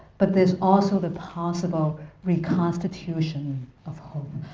but there's also the possible reconstitution of hope.